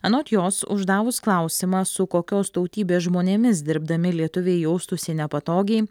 anot jos uždavus klausimą su kokios tautybės žmonėmis dirbdami lietuviai jaustųsi nepatogiai